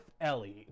Ellie